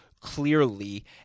clearly